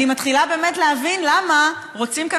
אני מתחילה באמת להבין למה רוצים כאן